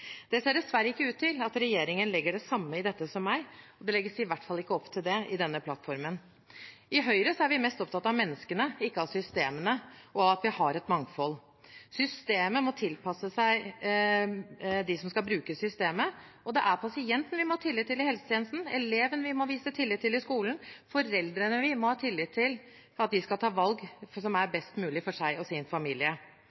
det valget som er best for dem. Det ser dessverre ikke ut til at regjeringen legger det samme i dette som meg, og det legges i hvert fall ikke opp til det i denne plattformen. I Høyre er vi mest opptatt av menneskene, ikke av systemene, og av at vi har et mangfold. Systemet må tilpasse seg dem som skal bruke systemet. Det er pasienten vi må ha tillit til i helsetjenesten, eleven vi må vise tillit til i skolen, og foreldrene vi må ha tillit til at tar valg som er